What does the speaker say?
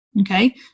Okay